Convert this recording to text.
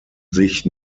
sich